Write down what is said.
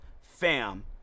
fam